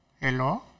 Hello